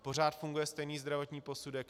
Pořád funguje stejný zdravotní posudek.